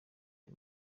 aya